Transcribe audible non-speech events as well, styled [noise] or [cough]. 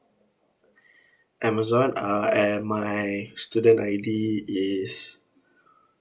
[breath] Amazon uh and my student I_D is [breath]